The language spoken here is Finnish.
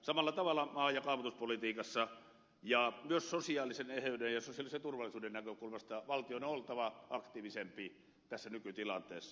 samalla tavalla maa ja kaavoituspolitiikassa ja myös sosiaalisen eheyden ja sosiaalisen turvallisuuden näkökulmasta valtion on oltava aktiivisempi tässä nykytilanteessa